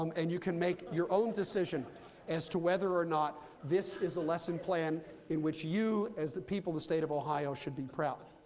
um and you can make your own decision as to whether or not this is a lesson plan in which you, as the people of the state of ohio, should be proud.